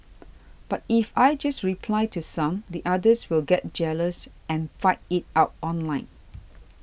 but if I just reply to some the others will get jealous and fight it out online